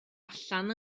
allan